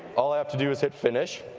all i have to do is hit finish,